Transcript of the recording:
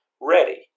ready